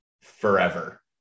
forever